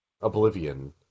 Oblivion